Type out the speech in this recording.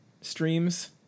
streams